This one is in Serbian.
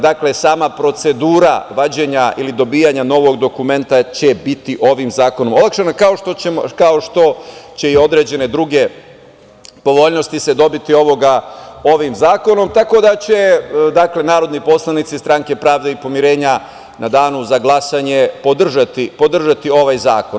Dakle, sama procedura vađenja ili dobijanja novog dokumenta će biti ovim zakonom olakšana, kao što će i određene druge povoljnosti se dobiti ovim zakonom, tako da će narodni poslanici Stranke pravde i pomirenja u danu za glasanje podržati ovaj zakon.